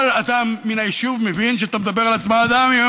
כל אדם מן היישוב מבין שאתה מדבר על הצמדה מהיום